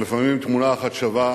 אבל לפעמים תמונה אחת שווה